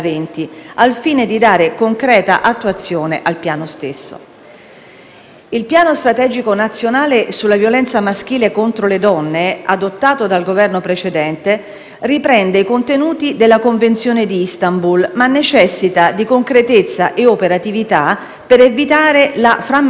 Il piano strategico nazionale sulla violenza maschile contro le donne, adottato dal Governo precedente, riprende i contenuti della Convenzione di Istanbul, ma necessita di concretezza e operatività per evitare la frammentarietà e la sovrapposizione degli interventi.